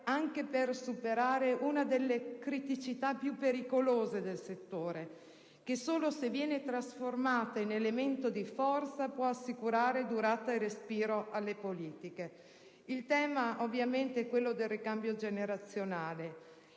anche per superare una delle criticità più pericolose del settore, che solo se viene trasformata in elemento di forza può assicurare durata e respiro alle politiche. Il tema ovviamente è quello del ricambio generazionale.